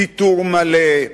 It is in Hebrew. ויתור מלא,